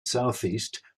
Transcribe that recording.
southeast